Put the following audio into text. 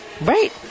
Right